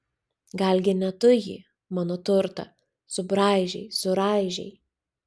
galgi ne tu jį mano turtą subraižei suraižei